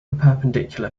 perpendicular